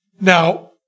Now